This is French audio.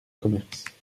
commerce